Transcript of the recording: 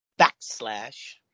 Backslash